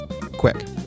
quick